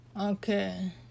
Okay